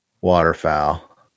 waterfowl